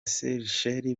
seychelles